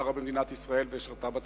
וגרה במדינת ישראל ושירתה בצבא.